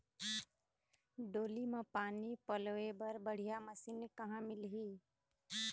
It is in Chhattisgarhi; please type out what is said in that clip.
डोली म पानी पलोए बर बढ़िया मशीन कहां मिलही?